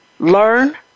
Learn